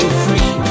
free